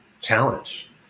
challenge